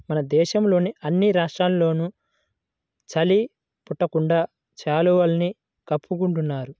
మన దేశంలోని అన్ని రాష్ట్రాల్లోనూ చలి పుట్టకుండా శాలువాని కప్పుకుంటున్నారు